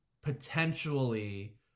potentially